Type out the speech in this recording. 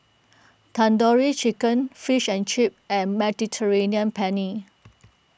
Tandoori Chicken Fish and Chips and Mediterranean Penne